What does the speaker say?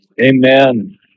Amen